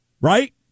Right